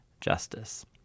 justice